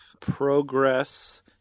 progress